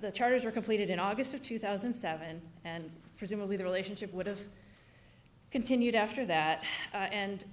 the charters were completed in august of two thousand and seven and presumably the relationship would have continued after that and